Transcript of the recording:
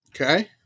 okay